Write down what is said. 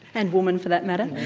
and woman for that matter.